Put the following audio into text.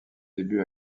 début